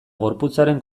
gorputzaren